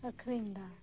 ᱟᱹᱠᱷᱨᱤᱧ ᱫᱟ